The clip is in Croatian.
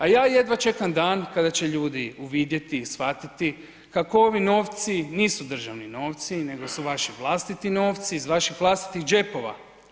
A ja jedva čekam dan kada će ljudi uvidjeti i shvatiti kako ovi novci nisu državni novci, nego su vaši vlastiti novci iz vaših vlastitih džepova.